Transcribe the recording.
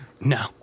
No